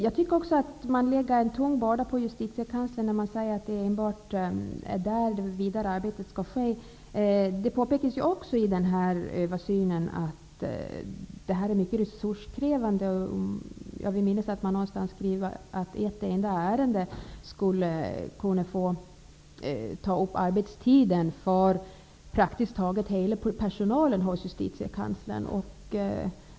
Jag tycker också att man lägger en tung börda på Justitiekanslern när man säger att det enbart är där som det vidare arbetet skall ske. Det påpekas ju också i den här översynen att detta är mycket resurskrävande. Jag vill minnas att man någonstans skriver att ett enda ärende kan ta upp arbetstiden för praktiskt taget hela personalen hos Justitiekanslern.